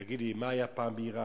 תגיד לי, מה היה פעם בעירק?